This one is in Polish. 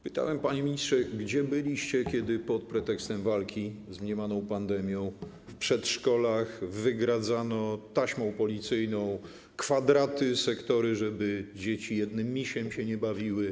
Pytałem, panie ministrze, gdzie byliście, kiedy pod pretekstem walki z mniemaną pandemią w przedszkolach wygradzano taśmą policyjną kwadraty, sektory, żeby dzieci nie bawiły się jednym misiem.